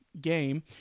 game